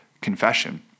confession